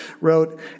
wrote